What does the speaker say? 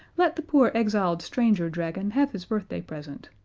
let the poor exiled stranger dragon have his birthday present.